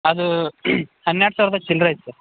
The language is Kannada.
ಅದೂ ಹನ್ನೆರ್ಡು ಸಾವಿರ್ದ ಚಿಲ್ಲರೆ ಆಯ್ತು ಸರ್